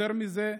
יותר מזה,